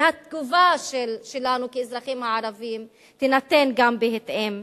וגם התגובה שלנו כאזרחים ערבים תינתן בהתאם.